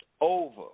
Over